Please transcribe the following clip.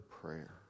prayer